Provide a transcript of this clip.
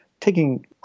Taking